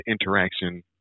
interaction